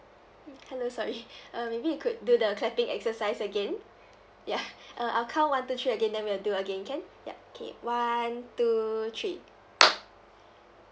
mm hello sorry uh maybe we could do the clapping exercise again ya uh I'll count one two three again then we'll do it again can ya K one two three